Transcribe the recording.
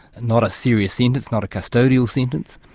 not a serious sentence, not a custodial sentence,